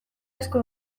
asko